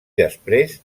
després